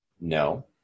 No